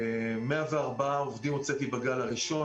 104 עובדים הוצאתי בגל הראשון,